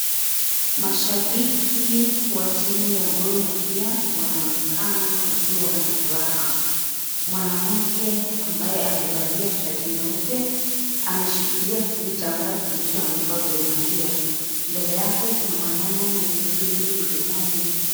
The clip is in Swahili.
Mashabiki wa timu ya Gormahia wanaonekana wakiwa na furaha. Mwanamke ambaye amevalia shati nyeupe ameshikilia kijitambaa kilichoandikwa "Gormahia". Mbele yake kuna maneno mwenye firimbi mdomoni.